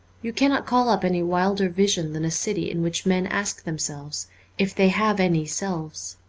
you cannot call up any wilder vision than a city in which men ask themselves if they have any selves.